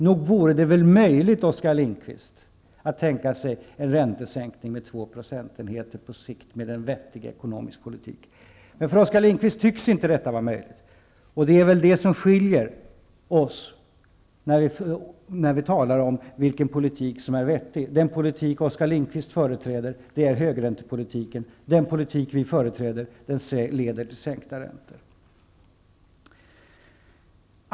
Nog vore det möjligt att tänka sig en räntesänkning med två procentenheter på sikt med en vettig ekonomisk politik. För Oskar Lindkvist tycks inte detta vara möjligt, och det är väl det som skiljer oss när vi talar om vilken politik som är vettig. Den politik som Oskar Lindkvist företräder är högräntepolitiken, och den politik som vi företräder leder till sänkta räntor.